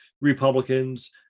Republicans